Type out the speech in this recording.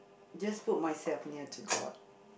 just put myself near to god